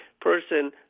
person